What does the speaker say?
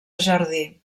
jardí